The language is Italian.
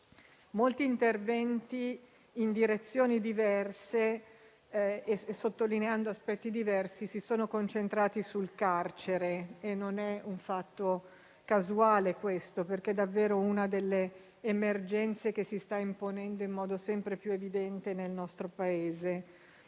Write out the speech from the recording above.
gli altri), in direzioni diverse e sottolineando aspetti diversi, si sono concentrati sul carcere e non è un fatto casuale, perché è davvero una delle emergenze che si stanno imponendo in modo sempre più evidente nel nostro Paese.